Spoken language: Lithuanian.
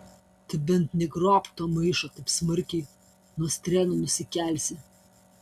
tu bent negrobk to maišo taip smarkiai nuo strėnų nusikelsi